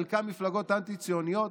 חלקן מפלגות אנטי-ציוניות,